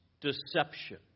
deception